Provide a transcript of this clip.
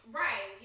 right